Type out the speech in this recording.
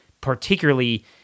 particularly